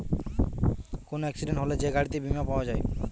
কোন এক্সিডেন্ট হলে যে গাড়িতে বীমা পাওয়া যায়